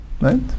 right